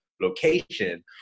location